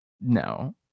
No